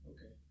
Okay